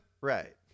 right